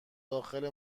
داخل